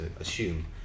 assume